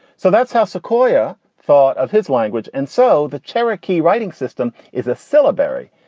so that's how sequoyah thought of his language. and so the cherokee writing system is a syllabary.